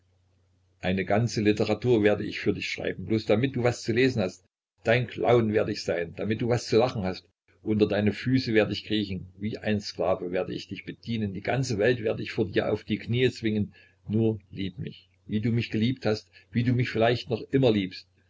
eine ganze literatur werd ich für dich schreiben bloß damit du was zu lesen hast dein clown werd ich sein damit du was zu lachen hast unter deine füße werd ich kriechen wie ein sklave werd ich dich bedienen die ganze welt werd ich vor dir auf die knie zwingen nur lieb mich wie du mich geliebt hast wie du mich vielleicht noch immer liebst